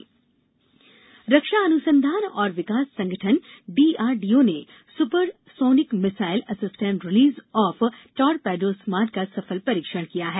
DRDO रक्षा अनुसंधान और विकास संगठन डीआरडीओ ने supersonic missile assisted release of torpedo smart का सफल परीक्षण किया है